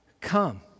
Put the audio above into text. come